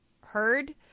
heard